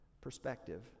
perspective